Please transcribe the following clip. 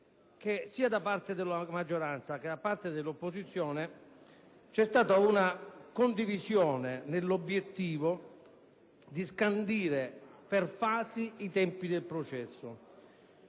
che, sia da parte della maggioranza che da parte dell'opposizione, c'è stata una condivisione nell'obiettivo di scandire per fasi i tempi del processo